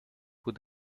would